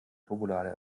turbolader